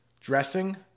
dressing